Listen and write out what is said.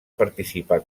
participar